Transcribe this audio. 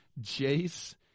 Jace